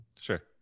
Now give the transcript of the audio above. Sure